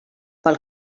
pel